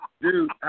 Dude